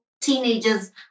teenagers